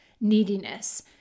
neediness